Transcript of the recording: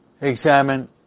examine